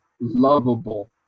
lovable